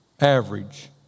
average